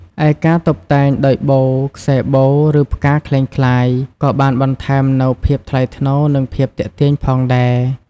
ឯការតុបតែងដោយបូ ខ្សែបូ ឬផ្កាក្លែងក្លាយ ក៏បានបន្ថែមនូវភាពថ្លៃថ្នូរ និងភាពទាក់ទាញផងដែរ។